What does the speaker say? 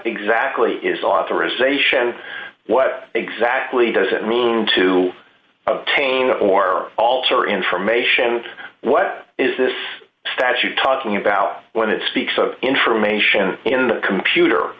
exactly is authorization what exactly does it mean to obtain or alter information and what is this status you talking about when it speaks of information in the computer